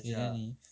K then 你